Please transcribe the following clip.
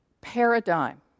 paradigm